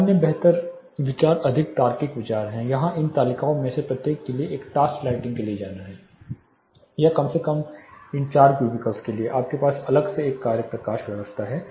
अन्य बेहतर विचार अधिक तार्किक विचार है यहाँ इन तालिकाओं में से प्रत्येक के लिए टास्क लाइटिंग के लिए जाना है या कम से कम इन चार क्यूबिकल्स के लिए आपके पास अलग से एक कार्य प्रकाश व्यवस्था है